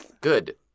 Good